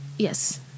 Yes